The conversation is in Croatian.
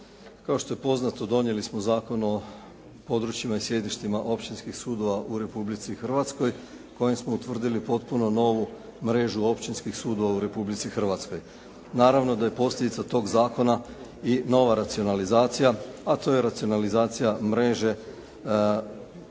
kao što je poznato donijeli smo Zakon o područjima i sjedištima općinskih sudova u Republici Hrvatskoj kojim smo utvrdili potpuno novu mrežu općinskih sudova u Republici Hrvatskoj. Naravno da je posljedica tog zakona i nova racionalizacija, a to je racionalizacija mreže o